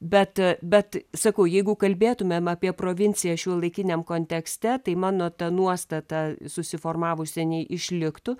bet bet sakau jeigu kalbėtumėm apie provinciją šiuolaikiniam kontekste tai mano ta nuostata susiformavus seniai išliktų